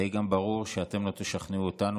גם די ברור שאתם לא תשכנע אותנו,